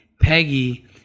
Peggy